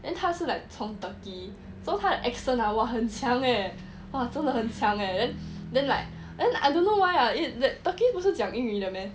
then 他是 like 从 turkey so 他 accent !wah! 很强 leh !wah! 真的很强 leh then like and I don't know why I the turkey 不是讲英语的 meh